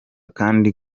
kandi